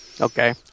Okay